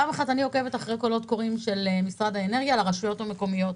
אני עוקבת אחרי קולות קוראים של משרד האנרגיה לרשויות המקומיות.